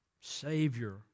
Savior